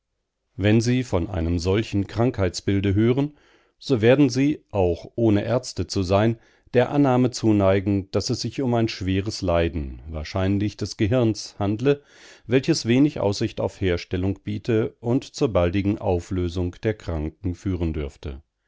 wenn sie von einem solchen krankheitsbilde hören so werden sie auch ohne ärzte zu sein der annahme zuneigen daß es sich um ein schweres leiden wahrscheinlich des gehirns handle welches wenig aussicht auf herstellung biete und zur baldigen auflösung der kranken führen dürfte